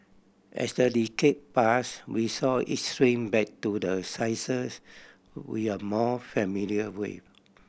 as the decade pass we saw it shrink back to the sizes we are more familiar with